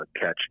catch